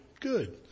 Good